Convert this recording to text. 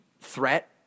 threat